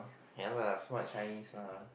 ya lah smart Chinese lah